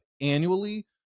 annually